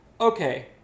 Okay